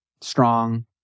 strong